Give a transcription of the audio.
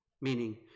Meaning